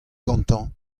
gantañ